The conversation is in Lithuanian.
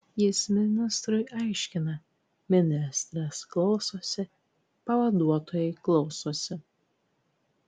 jis ministrui aiškina ministras klausosi pavaduotojai klausosi